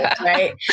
right